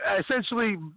essentially